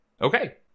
Okay